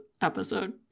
episode